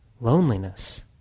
loneliness